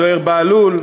זוהיר בהלול,